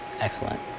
Excellent